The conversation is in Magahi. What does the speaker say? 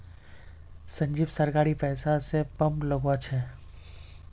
संजीव सरकारी पैसा स पंप लगवा छ